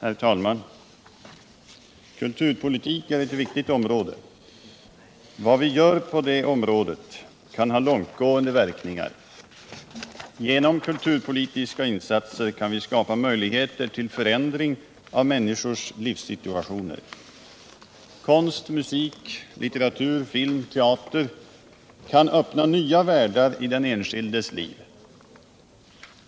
Herr talman! Kulturpolitik är ett viktigt område. Vad vi gör på detta område kan ha långtgående verkningar. Genom kulturpolitiska insatser kan vi skapa möjligheter till förändring av människors livssituationer. Konst, musik, litteratur, film, teater kan öppna nya världar i den enskildes liv.